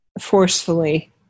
forcefully